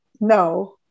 no